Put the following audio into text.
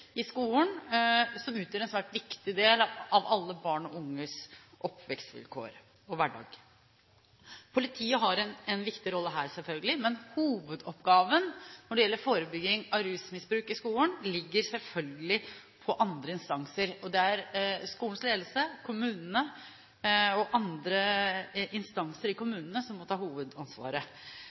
i skolen, som utgjør en svært viktig del av alle barn og unges oppvekstvilkår og hverdag. Politiet har en viktig rolle her – selvfølgelig – men hovedoppgaven når det gjelder forebygging av rusmisbruk i skolen, ligger selvfølgelig på andre instanser. Det er skolens ledelse, kommunene og andre instanser i kommunene som må ta hovedansvaret